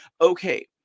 Okay